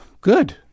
good